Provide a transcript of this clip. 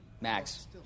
max